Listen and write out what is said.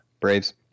Braves